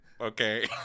Okay